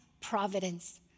providence